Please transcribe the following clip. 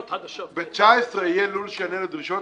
ב-2019 יהיה לול שיענה לדרישות האלה?